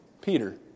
Peter